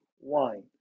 wine